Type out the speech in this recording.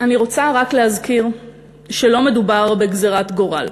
אני רוצה רק להזכיר שלא מדובר בגזירת גורל.